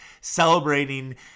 celebrating